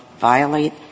violate